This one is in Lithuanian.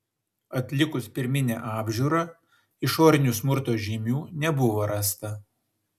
atlikus pirminę apžiūrą išorinių smurto žymių nebuvo rasta